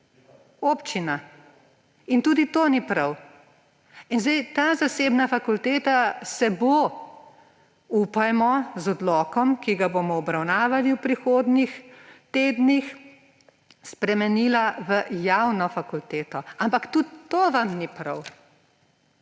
občina. In tudi to ni prav. In zdaj ta zasebna fakulteta se bo, upajmo, z odlokom, ki ga bomo obravnavali v prihodnjih tednih, spremenila v javno fakulteto – ampak tudi to vam ni prav!